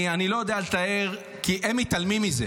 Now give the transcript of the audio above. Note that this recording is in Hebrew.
אני לא יודע לתאר כי הם מתעלמים מזה.